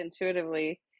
intuitively